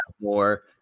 more